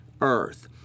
earth